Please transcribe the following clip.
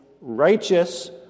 righteous